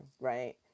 right